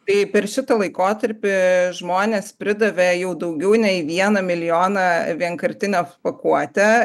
tai per šitą laikotarpį žmonės pridavė jau daugiau nei vieną milijoną vienkartinio pakuotę